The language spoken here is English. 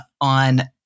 on